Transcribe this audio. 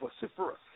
vociferous